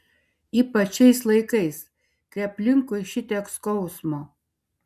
ypač šiais laikais kai aplinkui šitiek skausmo